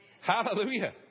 Hallelujah